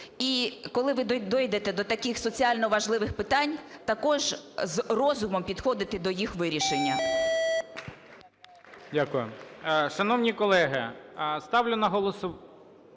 і коли ви дійдете до таких соціально важливих питань, також з розумом підходити до їх вирішення.